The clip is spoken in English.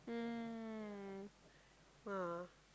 mm !wah!